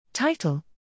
Title